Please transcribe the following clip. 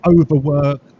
overwork